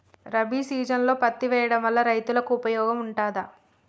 రబీ సీజన్లో పత్తి వేయడం వల్ల రైతులకు ఉపయోగం ఉంటదా?